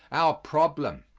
our problem.